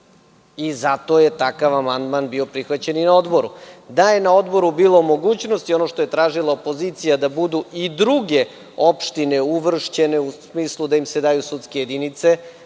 Zato je takav amandman bio prihvaćen i na Odboru. Da je na Odboru bilo mogućnosti ono što je tražila opozicija da budu i druge opštine uvršćene, u smislu da im se daju sudske jedinice,